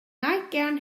nightgown